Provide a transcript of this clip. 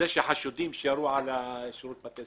חשודים שירו על שירות בתי